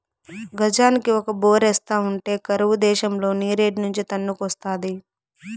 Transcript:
గజానికి ఒక బోరేస్తా ఉంటే కరువు దేశంల నీరేడ్నుంచి తన్నుకొస్తాది